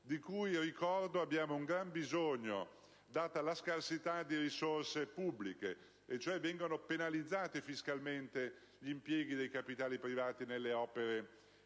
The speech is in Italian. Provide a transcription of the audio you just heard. di cui, lo ricordo, abbiamo un gran bisogno, considerata la scarsità di risorse pubbliche. Vengono cioè penalizzati fiscalmente gli impieghi dei capitali privati nelle opere